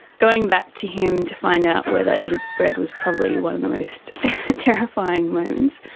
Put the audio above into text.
going back to him to find out whether it had spread was probably one of the most terrifying moments,